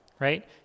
right